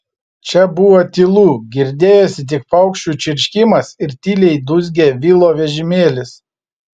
čia buvo tylu girdėjosi tik paukščių čirškimas ir tyliai dūzgė vilo vežimėlis